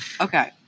Okay